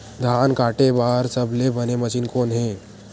धान काटे बार सबले बने मशीन कोन हे?